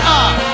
up